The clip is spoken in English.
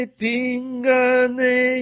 pingane